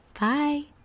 Bye